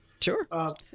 Sure